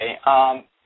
Okay